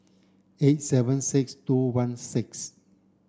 eight seven six two one six